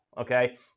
okay